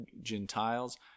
Gentiles